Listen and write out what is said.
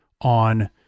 on